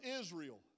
Israel